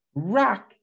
Rack